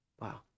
Wow